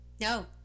No